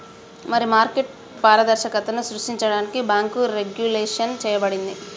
మరి మార్కెట్ పారదర్శకతను సృష్టించడానికి బాంకు రెగ్వులేషన్ చేయబడింది